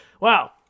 Wow